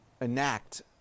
enact